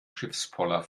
schiffspoller